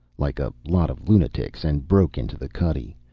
like a lot of lunatics, and broke into the cuddy.